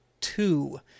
two